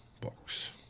box